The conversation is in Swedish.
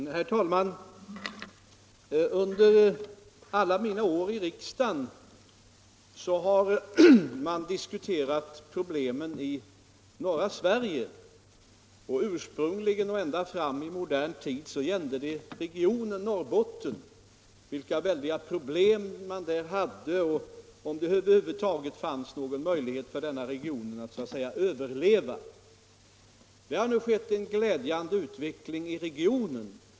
Herr talman! Under alla mina år i riksdagen har problemen i norra Sverige diskuterats. Ursprungligen och ända fram till modern tid gällde det regionen Norrbotten, dess väldiga problem och om det över huvud taget fanns någon möjlighet för denna region att överleva. Det har nu skett en glädjande utveckling i regionen.